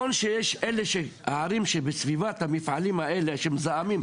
נכון שיש אלה שהערים שבסביבת המפעלים האלה שמזהמים,